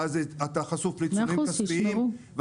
ואז אתה חשוף לעיצומים כספיים,